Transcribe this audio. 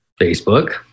Facebook